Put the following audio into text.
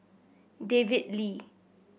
David Lee